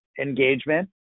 engagement